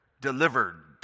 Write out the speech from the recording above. delivered